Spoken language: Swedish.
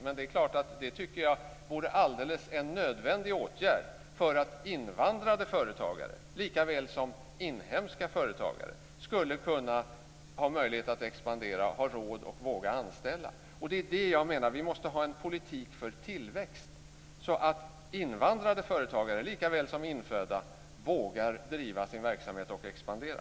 Men det vore en nödvändig åtgärd för att invandrade företagare likaväl som inhemska företagare skulle kunna ha möjlighet att expandera och råd att våga anställa. Det är vad jag menar. Vi måste ha en politik för tillväxt så att invandrade företagare likaväl som infödda vågar driva sin verksamhet och expandera.